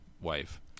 wife